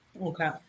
Okay